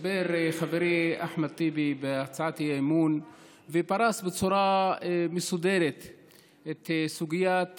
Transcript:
דיבר חברי אחמד טיבי בהצעת האי-אמון ופרס בצורה מסודרת את סוגיית